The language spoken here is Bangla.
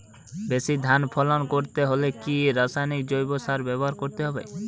বেশি ধান ফলন করতে হলে কি রাসায়নিক জৈব সার ব্যবহার করতে হবে?